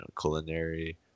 culinary